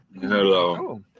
Hello